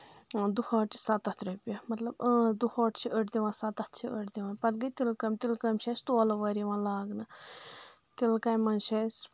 دُہٲٹھ چہِ سَتَتھ رۄپیٚیہِ مطلب اۭں دُہٲٹھ چھِ أڑۍ دِوان سَتَتھ چھِ أڑۍ دِوان پَتہٕ گٔے تِلہٕ کٲم تِلہٕ کٲمہِ چھِ أسۍ تولہٕ وٲرۍ یِوان لاگنہٕ تِلہٕ کامہِ منٛز چھِ اَسہِ